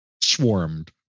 swarmed